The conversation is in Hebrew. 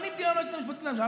פניתי ליועצת המשפטית לממשלה,